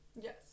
Yes